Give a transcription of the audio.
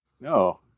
No